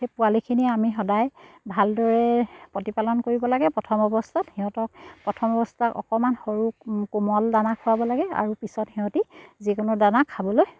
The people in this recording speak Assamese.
সেই পোৱালিখিনি আমি সদায় ভালদৰে প্ৰতিপালন কৰিব লাগে প্ৰথম অৱস্থাত সিহঁতক প্ৰথম অৱস্থাত অকণমান সৰু কোমল দানা খুৱাব লাগে আৰু পিছত সিহঁতি যিকোনো দানা খাবলৈ